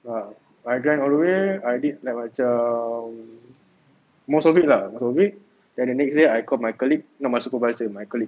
!wah! I grind all the way I did like macam most of it lah most of it then the next day I called my colleague no my supervisor my colleague